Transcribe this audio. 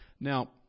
Now